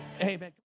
Amen